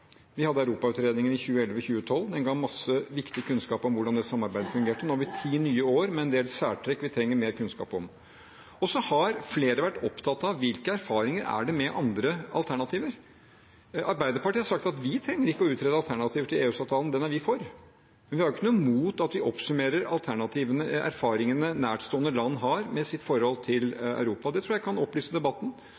Vi hadde Europautredningen fra 2012. Den ga oss masse viktig kunnskap om hvordan det samarbeidet fungerte. Nå har vi ti nye år, med en del særtrekk som vi trenger mer kunnskap om. Flere har vært opptatt av hvilke erfaringer det er med andre alternativer. Arbeiderpartiet har sagt at vi ikke trenger å utrede alternativer til EØS-avtalen; den er vi for. Men vi har jo ikke noe imot at vi oppsummerer erfaringene som nærstående land har med sitt forhold til